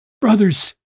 brothers